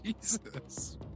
Jesus